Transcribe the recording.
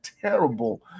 terrible